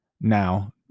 Now